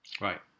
Right